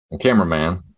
cameraman